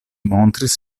montris